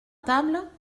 table